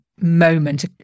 moment